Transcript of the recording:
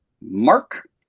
Mark